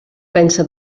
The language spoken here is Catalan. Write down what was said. pensa